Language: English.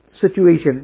situation